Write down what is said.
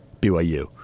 BYU